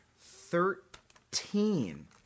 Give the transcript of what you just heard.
Thirteen